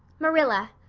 marilla,